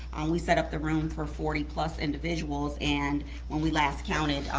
we set up the room for forty plus individuals, and when we last counted,